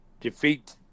defeat